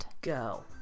go